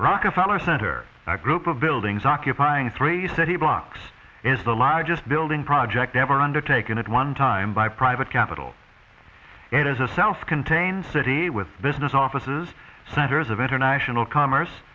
rockefeller center a group of buildings occupying three city blocks is the largest building project ever undertaken at one time by private capital it is a self contained city with business offices centers of international commerce